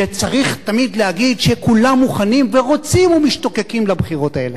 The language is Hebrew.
שצריך תמיד להגיד שכולם מוכנים ורוצים ומשתוקקים לבחירות האלה.